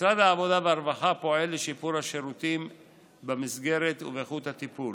משרד העבודה והרווחה פועל לשיפור השירותים במסגרת ואיכות הטיפול.